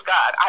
God